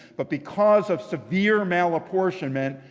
but because of severe malapportionment,